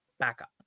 backup